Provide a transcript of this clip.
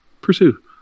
pursue